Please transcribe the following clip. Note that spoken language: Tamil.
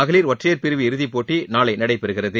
மகளிர் இற்றையர் பிரிவு இறுதிப்போட்டி நாளை நடைபெறுகிறது